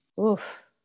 Oof